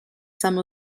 some